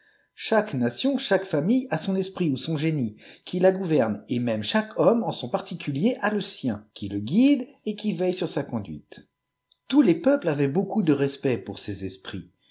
chaque nation chaque fsmiue a son esprit ou son génie qui la gouverne et même chaque homme en son particoliar a le sien qui le guide et qui veille sur sa conduite tous les peuples avaient beaucoup fie respect pour ses esprits